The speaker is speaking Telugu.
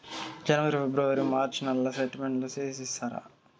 జనవరి, ఫిబ్రవరి, మార్చ్ నెలల స్టేట్మెంట్ తీసి ఇస్తారా?